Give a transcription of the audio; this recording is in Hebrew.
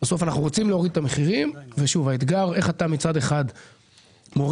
לכן הירידה טובה.